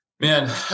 Man